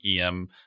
EM